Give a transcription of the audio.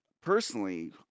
personally